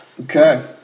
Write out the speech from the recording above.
Okay